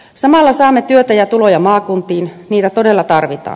samalla saamme työtä ja tuloja maakuntiin niitä todella tarvitaan